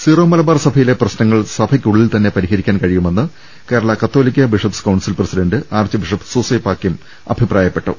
Syro Malabar സഭയിലെ പ്രശ്നങ്ങൾ സഭയ്ക്കു ള്ളിൽ തന്നെ പരിഹരിക്കാൻ കഴിയുമെന്ന് കേരളാ കത്തോലിക്കാ bishops council president archbishop Soosapakiam അഭിപ്രായപ്പെട്ടു